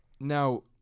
Now